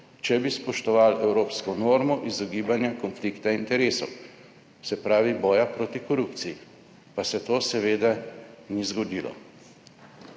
če bi spoštovali evropsko normo izogibanja konflikta interesov, se pravi boja proti korupciji, pa se to seveda ni zgodilo